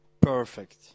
perfect